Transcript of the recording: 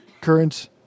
currents